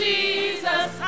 Jesus